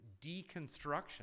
deconstruction